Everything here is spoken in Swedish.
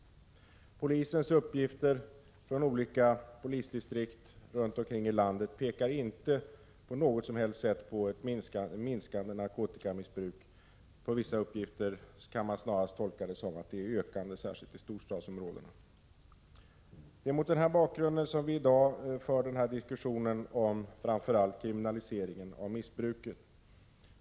Polisens uppgifter från olika polisdistrikt i landet pekar inte på någon som helst minskning av narkotikamissbruket. Vissa uppgifter kan man snarare tolka som så att missbruket ökar, särskilt i storstadsområdena. Det är mot denna bakgrund som vi i dag för diskussion om framför allt kriminalisering av missbruket.